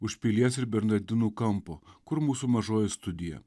už pilies ir bernardinų kampo kur mūsų mažoji studija